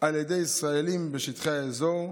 על ידי ישראלים בשטחי האזור,